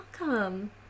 welcome